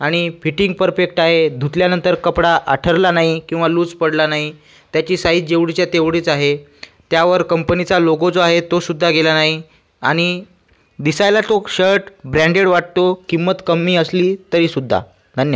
आणि fitting perfect आहे धुतल्यानंतर कपडा आठरला नाही किंवा लूज पडला नाही त्याची साईज जेवढीच्या तेवढीच आहे त्यावर कंपनीचा लोगो जो आहे तोसुद्धा गेला नाही आणि दिसायला तो शर्ट ब्रॅंडेड वाटतो किंमत कमी असली तरीसुद्धा धन्य